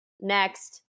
next